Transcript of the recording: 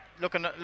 Looking